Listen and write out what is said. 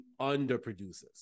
underproduces